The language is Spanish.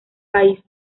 país